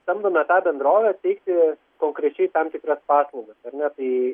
samdome tą bendrovę teikti konkrečiai tam tikras paslaugas ar ne tai